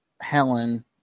Helen